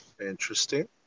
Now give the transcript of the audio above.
interesting